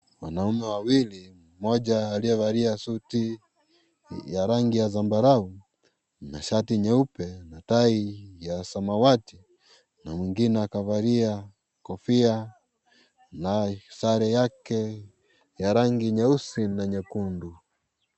Wanaume wawili mmoja aliyevalia suti ya rangi ya zambarau na shati nyeupe na tai ya samawati na mwingine akavalia kofia na sare yake ya rangi nyeusi na nyekundu.